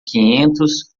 quinhentos